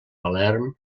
palerm